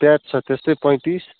प्याज छ त्यस्तै पैँतिस